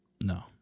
No